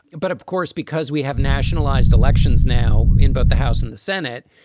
but of course, because we have nationalized elections now in both the house and the senate,